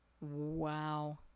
Wow